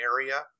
area